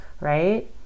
right